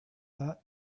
that